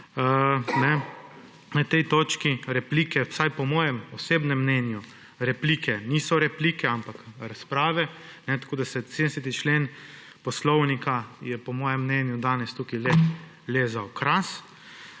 Na tej točki replike, vsaj po mojem osebnem mnenju, replike niso replike, ampak razprave, tako da je 70. člen Poslovnika po mojem mnenju danes tukaj le za okras.